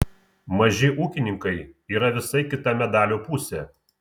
maži ūkininkai yra visai kita medalio pusė